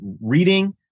reading